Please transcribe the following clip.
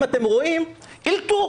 אם אתם רואים, אלתור